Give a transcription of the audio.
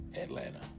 Atlanta